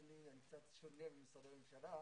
אדוני, אני קצת שונה ממשרדי ממשלה.